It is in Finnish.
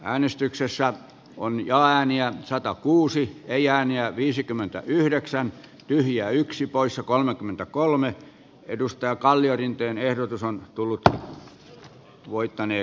äänestyksessä voimin ja ääniä sai hallitus ei ääniä viisikymmentäyhdeksän pyhiä yksi poissa kolmekymmentäkolme edustajaa kalliorinteen ehdotus nauti eduskunnan luottamusta